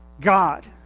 God